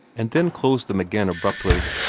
and then closed them again abruptly.